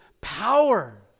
power